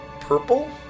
purple